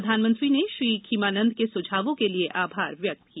प्रधानमंत्री ने श्री खीमानंद के सुझावों के लिए आभार व्यंक्त किया